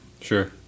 Sure